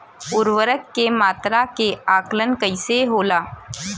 उर्वरक के मात्रा के आंकलन कईसे होला?